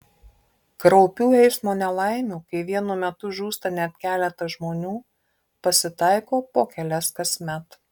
kraupių eismo nelaimių kai vienu metu žūsta net keletas žmonių pasitaiko po kelias kasmet